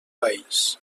país